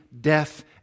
death